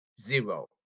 Zero